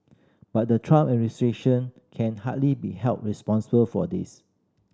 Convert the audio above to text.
but the Trump administration can hardly be held responsible for this